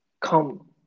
come